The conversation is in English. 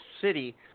city